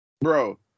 Bro